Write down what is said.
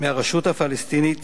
מהרשות הפלסטינית